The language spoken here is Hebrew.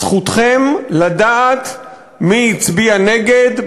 זכותכם לדעת מי הצביע נגד,